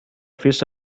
fish